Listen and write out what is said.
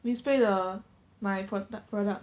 we spray the my product product